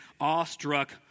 awestruck